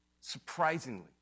surprisingly